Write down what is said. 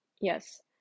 yes